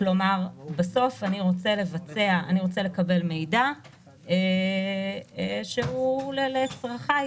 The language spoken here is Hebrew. בסוף אני רוצה לקבל מידע שהוא לצרכיי.